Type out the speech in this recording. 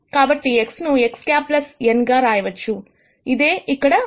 కాబట్టి X ను X̂n గా రాయవచ్చు ఇదే ఇక్కడ రాసినది